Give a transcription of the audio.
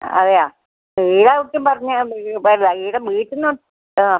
ആ അതെയോ ഈട ഒട്ടും പറഞ്ഞാൽ ഈട വീട്ടിൽ നിന്ന് ആ